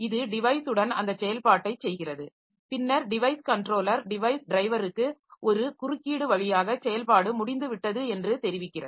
இது டிவைஸுடன் அந்தச் செயல்பாட்டைச் செய்கிறது பின்னர் டிவைஸ் கன்ட்ரோலர் டிவைஸ் டிரைவருக்கு ஒரு குறுக்கீடு வழியாக செயல்பாடு முடிந்துவிட்டது என்று தெரிவிக்கிறது